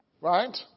right